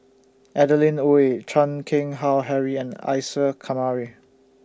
Adeline Ooi Chan Keng Howe Harry and Isa Kamari